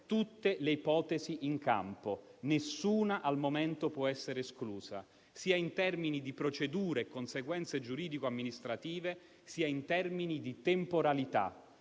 tutte le ipotesi in campo; nessuna al momento può essere esclusa in termini sia di procedure e conseguenze giuridico-amministrative sia di temporalità.